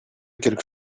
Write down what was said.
quelque